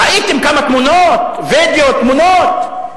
ראיתם כמה תמונות, וידיאו, תמונות.